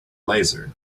laser